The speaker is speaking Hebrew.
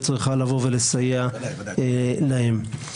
צריכה לבוא ולסייע להם.